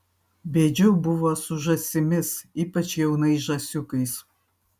bėdžiau buvo su žąsimis ypač jaunais žąsiukais